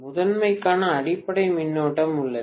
முதன்மைக்கான அடிப்படை மின்னோட்டம் உள்ளது